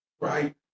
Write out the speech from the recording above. Right